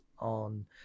on